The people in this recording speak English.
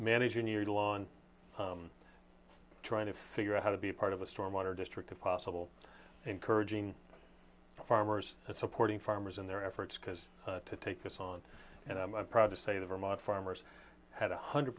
managing your lawn trying to figure out how to be part of a storm water district of possible encouraging farmers and supporting farmers in their efforts because to take us on and i'm proud to say the vermont farmers had one hundred